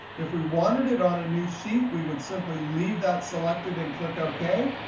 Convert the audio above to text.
if we wanted it on a new sheet, we would simply leave that selected and click ok.